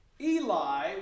Eli